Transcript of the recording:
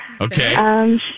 Okay